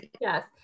Yes